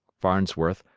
farnsworth,